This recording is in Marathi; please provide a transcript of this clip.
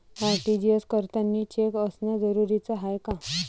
आर.टी.जी.एस करतांनी चेक असनं जरुरीच हाय का?